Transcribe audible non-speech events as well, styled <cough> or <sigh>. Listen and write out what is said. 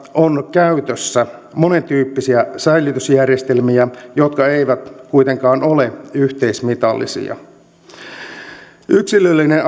on käytössä monentyyppisiä säilytysjärjestelmiä jotka eivät kuitenkaan ole yhteismitallisia yksilöllinen <unintelligible>